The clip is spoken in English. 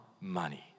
money